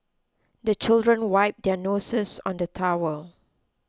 the children wipe their noses on the towel